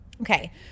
Okay